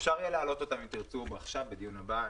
אפשר יהיה להעלות אותם ב-זום עכשיו או בדיון הבא.